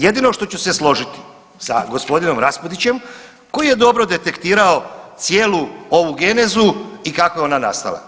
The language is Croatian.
Jedino što ću se složiti sa g. Raspudićem koji je dobro detektirao cijelu ovu genezu i kako je ona nastala.